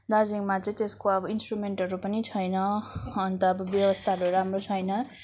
दार्जिलिङमा चाहिँ त्यसको अब इन्स्ट्रुमेन्टहरू पनि छैन अन्त अब व्यवस्थाहरू राम्रो छैन